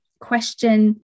question